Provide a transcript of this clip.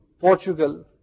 Portugal